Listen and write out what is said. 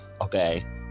Okay